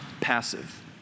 passive